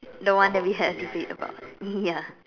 the one that we had a debate about ya